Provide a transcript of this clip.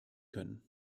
können